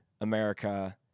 America